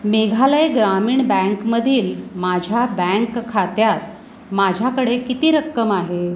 मेघालय ग्रामीण बँकमधील माझ्या बँक खात्यात माझ्याकडे किती रक्कम आहे